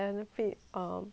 contouring